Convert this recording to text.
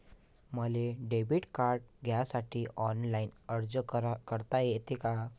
मले debit card घ्यासाठी online अर्ज करता येते का?